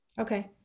Okay